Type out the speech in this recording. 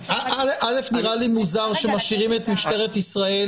נראה לי מוזר שמשאירים את משטרת ישראל,